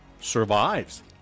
Survives